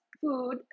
food